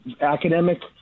academic –